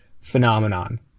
phenomenon